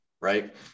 right